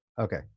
okay